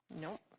Nope